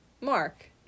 Mark